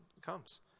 comes